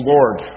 Lord